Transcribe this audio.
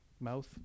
mouth